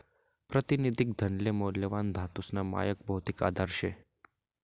प्रातिनिधिक धनले मौल्यवान धातूसना मायक भौतिक आधार शे